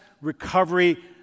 recovery